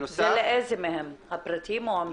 לאיזה מהם הפרטיים או המפוקחים?